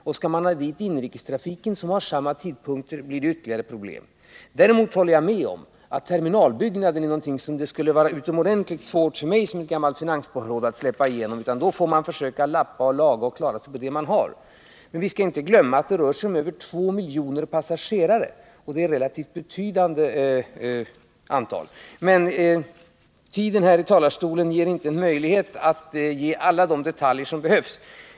Flyttar man dit inrikestrafik som har samma tider blir det ytterligare problem. Däremot håller jag med om att terminalbyggnaden är någonting som det skulle vara utomordentligt svårt för mig som gammalt finansborgarråd att 158 släppa igenom. Då får man försöka lappa och laga och klara sig med det som man har. Men vi skall inte glömma att det rör sig om över 2 miljoner passagerare, vilket är ett relativt betydande antal. Jag har emellertid inte tid att här i talarstolen nämna alla de detaljer som behövs.